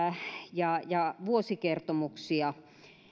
ja ja vuosikertomuksia